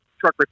truck